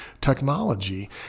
technology